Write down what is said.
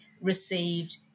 received